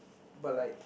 but like